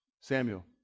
Samuel